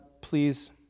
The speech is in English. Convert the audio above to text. please